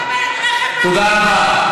תודה רבה.